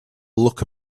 look